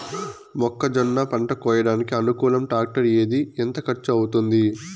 మొక్కజొన్న పంట కోయడానికి అనుకూలం టాక్టర్ ఏది? ఎంత ఖర్చు అవుతుంది?